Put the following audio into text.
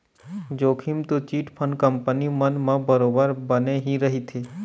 जोखिम तो chit fund company मन म बरोबर बने ही रहिथे